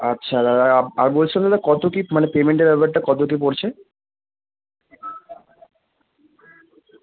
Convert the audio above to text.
আচ্ছা দাদা আর আর বলছিলাম দাদা কতো কী মানে পেমেন্টের ব্যাপারটা কতো কী পড়ছে